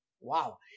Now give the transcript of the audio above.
Wow